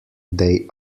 they